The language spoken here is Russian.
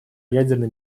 ядерной